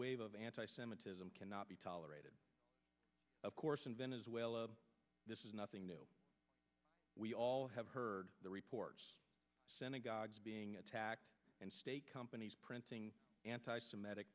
wave of anti semitism cannot be tolerated of course in venezuela this is nothing new we all have heard the reports synagogues being attacked and state companies printing anti semitic